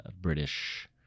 British